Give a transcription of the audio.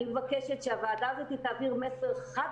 אני מבקשת שהוועדה הזאת תעביר מסר חד